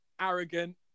Arrogant